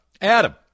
adam